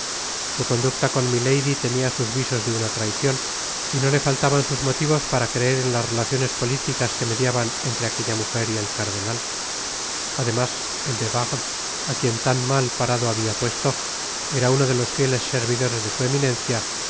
su conducta con milady tenia sus visos de una traicion y no le faltaban sus motivos para creer en las relaciones políticas que mediaban entre aquella mujer y el cardenal además el de vardes á quien tan mal parado habia puesto era uno de los fíeles servidores de su eminencia